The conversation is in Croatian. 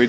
i 2024.